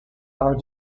are